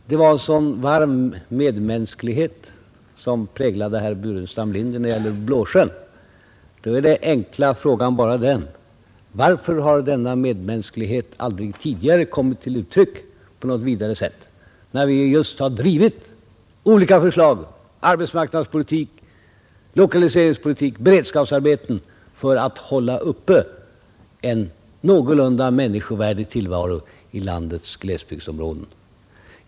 Fru talman! Om det var denna varma medmänsklighet som präglade herr Burenstam Linders ord när det gällde Blåsjön, så är den enkla frågan: Varför har denna medmänsklighet aldrig tidigare kommit till uttryck särskilt starkt, när vi har drivit olika förslag, t.ex. arbetsmarknadspolitiken, lokaliseringspolitiken och beredskapsarbetena, för att bereda medborgarna en någorlunda människovärdig tillvaro i landets glesbygdsområden?